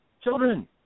children